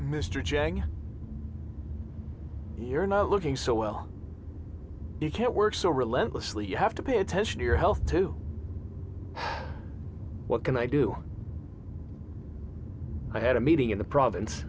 chang you're not looking so well you can't work so relentlessly you have to pay attention to your health too what can i do i had a meeting in the province